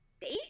date